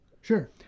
Sure